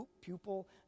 pupil